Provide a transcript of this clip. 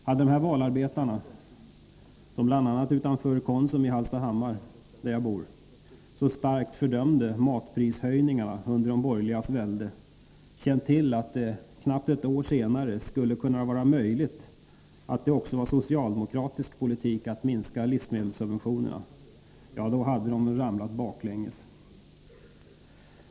Hade dessa valarbetare — som bl.a. utanför Konsum i min hemort Hallstahammar så starkt fördömde matprishöjningarna under de borgerligas välde — känt till att det knappt ett år senare skulle vara möjligt att det också var socialdemokratisk politik att minska livsmedelssubventionerna, då hade de väl ramlat baklänges.